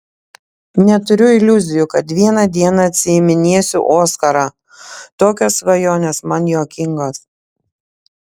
neturiu iliuzijų kad vieną dieną atsiiminėsiu oskarą tokios svajonės man juokingos